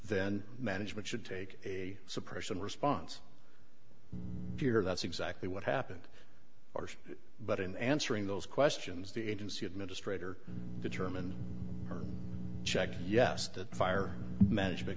then management should take a suppression response dear that's exactly what happened but in answering those questions the agency administrator determined or checked yes the fire manage